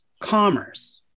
commerce